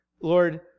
Lord